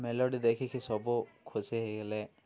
melody ଦେଖିକି ସବୁ ଖୁସି ହେଇଗଲେ